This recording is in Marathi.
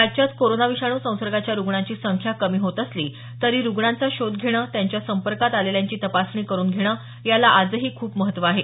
राज्यात कोरोना विषाणू संसर्गाच्या रुग्णांची संख्या कमी होत असली तरी रुग्णांचा शोध घेणं त्याच्या संपर्कात आलेल्यांची तपासणी करून घेणं याला आजही खूप महत्त्व आहे